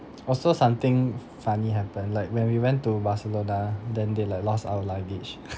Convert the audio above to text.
also something funny happened like when we went to barcelona then they like lost our luggage